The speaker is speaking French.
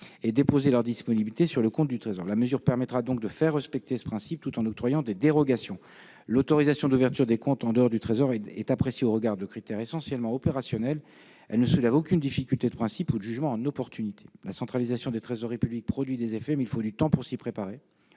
et déposer leurs disponibilités sur le compte du Trésor. La mesure permettra donc de faire respecter ce principe tout en octroyant des dérogations. L'autorisation d'ouverture des comptes en dehors du Trésor est appréciée au regard de critères essentiellement opérationnels. Elle ne soulève aucune difficulté de principe ou de jugement en opportunité. La centralisation des trésoreries publiques produit des effets, mais il faut du temps pour s'y préparer,